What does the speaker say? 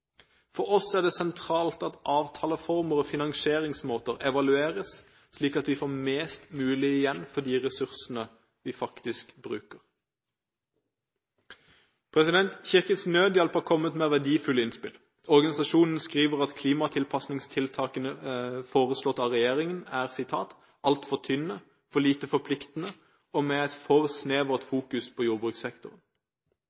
For oss er det sentralt at avtaleformer og finansieringsmåter evalueres, slik at vi får mest mulig igjen for de ressursene vi faktisk bruker. Kirkens Nødhjelp har kommet med verdifulle innspill. Organisasjonen skriver at klimatilpasningstiltakene foreslått av regjeringen er «altfor tynne, for lite forpliktende og med et for snevert